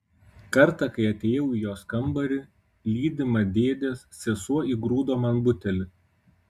kartą kai atėjau į jos kambarį lydima dėdės sesuo įgrūdo man butelį